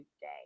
day